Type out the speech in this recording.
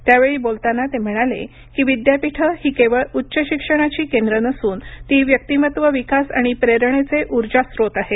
त्यावेळी बोलताना ते म्हणाले की विद्यापीठं ही केवळ उच्च शिक्षणाची केंद्र नसून ती व्यक्तीमत्व विकास आणि प्रेरणेचे उर्जास्रोत आहेत